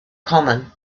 common